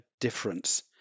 difference